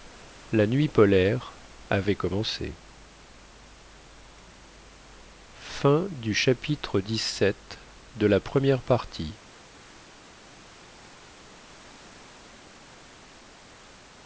la nuit polaire avait commencé